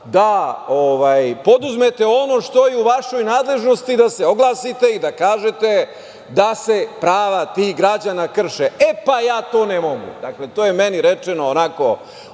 da preduzmete ono što je u vašoj nadležnosti da se oglasite i da kažete da se prava tih građana krše. E pa, ja to ne mogu. Dakle, to je meni rečeno, onako